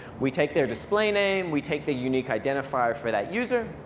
we take their display name, we take the unique identifier for that user.